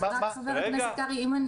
חבר הכנסת קרעי,